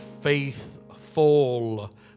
Faithful